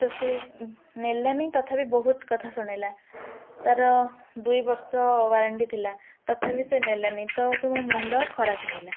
ତ ସେ ନେଲାନି ତଥାପି ବହୁତ କଥା ଶୁଣିଲା ତା'ର ଦୁଇ ବର୍ଷ ୱାରେଣ୍ଟି ଥିଲା ତଥାପି ସେ ନେଲାନି ତ ସବୁ ମୁଣ୍ଡ ଖରାପ ହେଇଗଲା